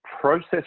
process